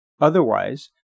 Otherwise